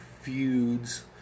feuds